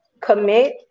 Commit